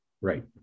Right